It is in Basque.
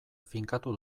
finkatu